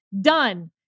Done